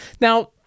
Now